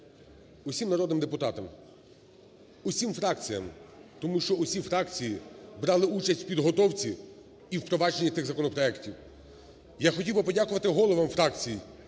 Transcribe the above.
всім народним депутатам, всім фракціям, тому що всі фракції брали участь у підготовці в провадженні тих законопроектів. Я хотів би подякувати головам фракцій